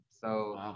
so-